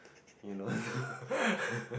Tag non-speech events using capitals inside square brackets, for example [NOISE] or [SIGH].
you know [LAUGHS]